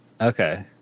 Okay